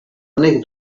honek